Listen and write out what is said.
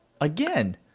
again